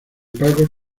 pagos